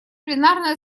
пленарное